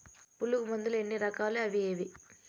పులుగు మందులు ఎన్ని రకాలు అవి ఏవి?